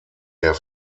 der